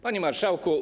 Panie Marszałku!